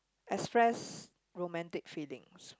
express romantic feelings